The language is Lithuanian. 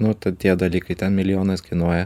nu tie dalykai ten milijonais kainuoja